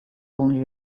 only